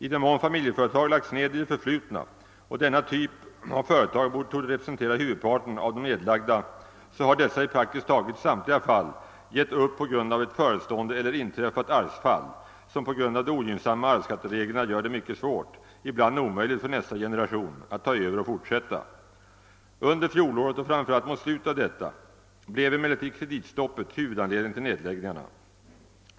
I den mån familjeföretag lagts ned i det förflutna, och denna typ av företag torde representera huvudparten av de nedlagda, har dessa i praktiskt taget samtliga fall givit upp på grund av ett förestående eller inträffat arvfall, som på grund av de ogynnsamma arvsskattereglerna gör det mycket svårt och ibland omöjligt för nästa generation att ta över och fortsätta. Under fjolåret, och framför allt mot slutet av detta, blev emellertid kreditstoppet huvudanledning till nedläggningarna.